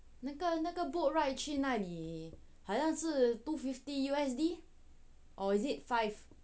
那个那个 boat ride 去那里好像是 two fifty U_S_D or is it five